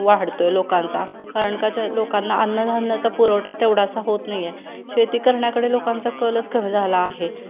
वाढतो आहे लोकांचा कारण का ज लोकांना अन्नधान्याचा पुरवठा तेवढासा होत नाही आहे शेती करण्याकडे लोकांचा कलच कमी झाला आहे